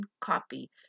copy